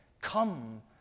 Come